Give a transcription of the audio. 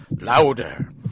louder